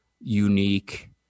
unique